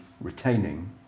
retaining